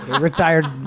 retired